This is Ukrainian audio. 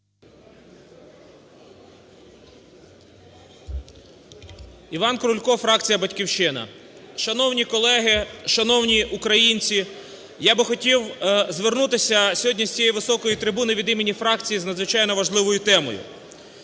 Іван Крулько, фракція "Батьківщина". Шановні колеги! Шановні українці! Я би хотів звернутися сьогодні з цієї високої трибуни від імені фракції з надзвичайно важливою темою.